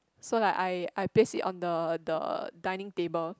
so like I I place it on the the dining table